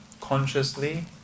consciously